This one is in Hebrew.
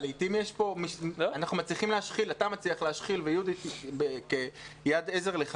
לעיתים אתה מצליח להשחיל ויהודית כעזר לך